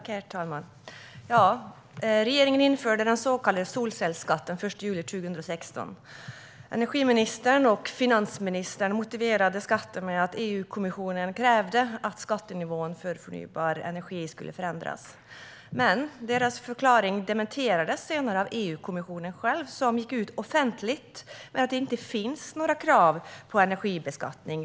Herr talman! Regeringen införde den så kallade solcellsskatten den 1 juli 2016. Som motivering för skatten sa energiministern och finansministern att EU-kommissionen krävde att skattenivån för förnybar energi skulle förändras. Men deras förklaring dementerades senare av EU-kommissionen som gick ut offentligt med att det inte finns några krav på energibeskattning.